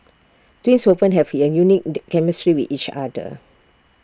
twins often have A unique the chemistry with each other